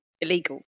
illegal